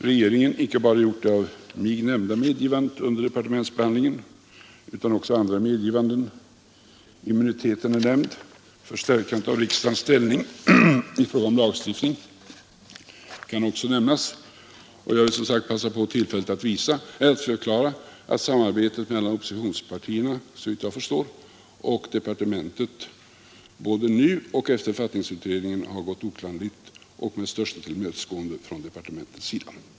Regeringen har icke bara gjort det av mig nämnda medgivandet under departementsbehandlingen utan också andra medgivanden: Jag har nämnt immuniteten; förstärkningen av riksdagens ställning i fråga om lagstiftningen kan också nämnas. Jag vill passa på tillfället att förklara att samarbetet mellan oppositionspartierna och departementet både nu och efter författningsutredningen varit oklanderligt; det hår ägt rum under största tillmötesgående från departementets sida.